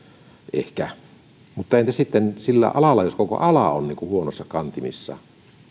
ehkä mutta entä sitten jos koko ala on huonoissa kantimissa